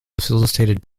facilitated